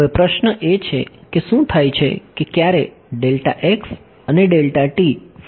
હવે પ્રશ્ન એ છે કે શું થાય છે ક્યારે અને ફાઇનાઇટ છે